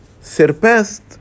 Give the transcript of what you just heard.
surpassed